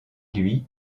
lui